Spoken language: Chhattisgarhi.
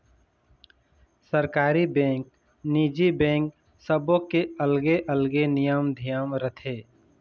सरकारी बेंक, निजी बेंक सबो के अलगे अलगे नियम धियम रथे